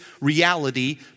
reality